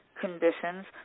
conditions